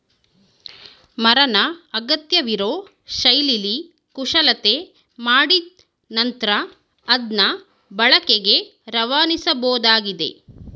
ಮರನ ಅಗತ್ಯವಿರೋ ಶೈಲಿಲಿ ಕುಶಲತೆ ಮಾಡಿದ್ ನಂತ್ರ ಅದ್ನ ಬಳಕೆಗೆ ರವಾನಿಸಬೋದಾಗಿದೆ